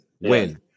win